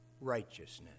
righteousness